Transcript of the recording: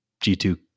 G2